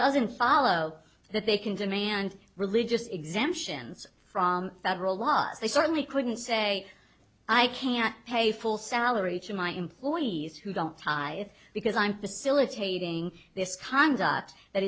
doesn't follow that they can demand religious exemptions from federal laws they certainly couldn't say i can't pay full salary to my employees who don't tie because i'm facilitating this